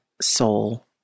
soul